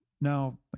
Now